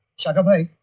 shakka. what